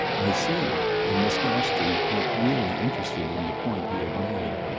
i see and miss gostrey looked really interested in the point he had made.